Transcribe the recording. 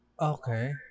Okay